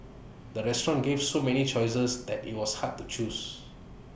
the restaurant gave so many choices that IT was hard to choose